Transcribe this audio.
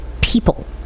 people